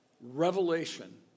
revelation